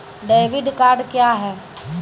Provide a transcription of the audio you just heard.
Debit card क्या हैं?